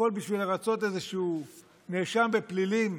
הכול בשביל לרצות איזשהו נאשם בפלילים,